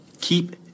Keep